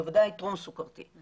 בוודאי טרום- סכרתי.